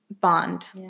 bond